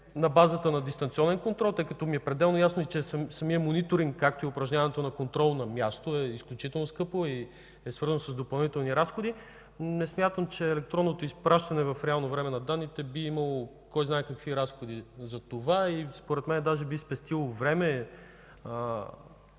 на базата на дистанционен контрол, тъй като ми е пределно ясно, че самият мониторинг, както и упражняването на контрол на място, е изключително скъпо и е свързано с допълнителни разходи. Не смятам, че електронното изпращане в реално време на данните би имало кой знае какви разходи за това. Според мен даже би спестило време